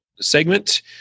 segment